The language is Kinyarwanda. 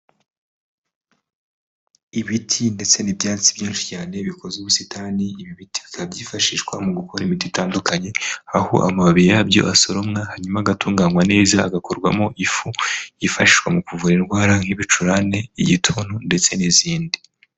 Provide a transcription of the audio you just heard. Ibiti ndetse n'ibyatsi byinshi cyane bikoze ubusitani, ibi biti bikaba byifashishwa mu gukora imiti itandukanye, aho amababi yabyo asoromwa hanyuma agatunganywa neza agakorwamo ifu yifashishwa mu kuvura indwara nk'ibicurane, igituntu ndetse n'izindi.